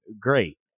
great